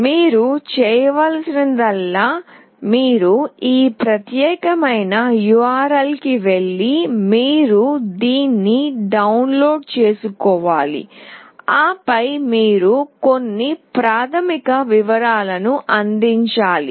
మీరు చేయవలసిందల్లా మీరు ఈ ప్రత్యేకమైన URL కి వెళ్లాలి మీరు దీన్ని డౌన్లోడ్ చేసుకోవాలి ఆపై మీరు కొన్ని ప్రాథమిక వివరాలను అందించాలి